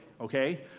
okay